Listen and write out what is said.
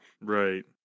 Right